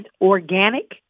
organic